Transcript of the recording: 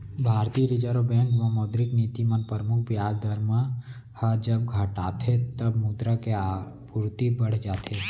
भारतीय reserve bank जब मौद्रिक नीति म परमुख बियाज दर मन ह जब घटाथे तब मुद्रा के आपूरति बड़ जाथे